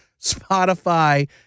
Spotify